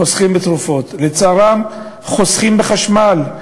חוסכים בתרופות, לצערם, חוסכים בחשמל.